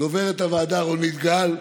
לדוברת הוועדה רונית גל,